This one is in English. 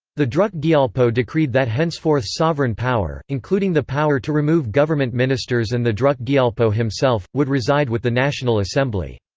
the druk gyalpo decreed that henceforth sovereign power, including the power to remove government ministers and the druk gyalpo himself, would reside with the national assembly.